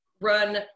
run